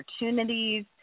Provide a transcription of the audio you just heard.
opportunities